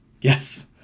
yes